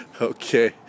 Okay